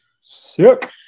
sick